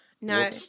No